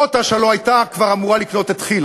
"פוטאש" הלוא הייתה כבר אמורה לקנות את כי"ל,